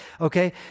Okay